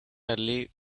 early